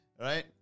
right